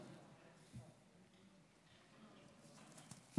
הקול שלהם בכנסת ולנסות לשרת אותם ולהשיג